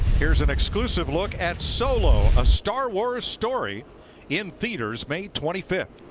here is an exclusive look at solo a star wars story in theaters may twenty-first.